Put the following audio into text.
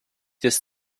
des